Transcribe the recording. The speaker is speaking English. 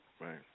Right